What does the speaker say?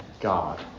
God